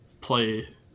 play